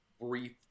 brief